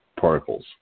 particles